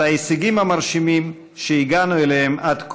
ההישגים המרשימים שהגענו אליהם עד כה.